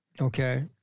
Okay